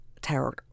terror